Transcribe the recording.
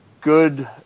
good